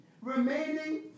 remaining